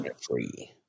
free